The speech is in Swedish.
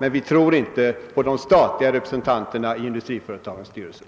Men vi tror inte på statliga representanter i industriföretagens styrelser.